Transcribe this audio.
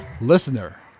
Listener